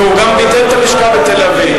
והוא גם ביטל את הלשכה בתל-אביב.